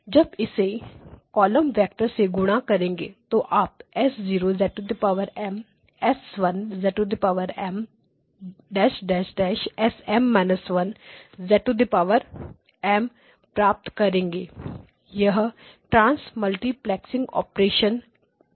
जब इसे column vector से गुणा करेंगे तो आप S0 S1 SM−1 प्राप्त करेंगे यह ट्रांस मल्टीप्लेक्सिंग ऑपरेशन है